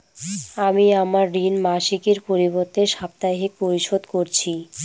আমি আমার ঋণ মাসিকের পরিবর্তে সাপ্তাহিক পরিশোধ করছি